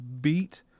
beat